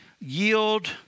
yield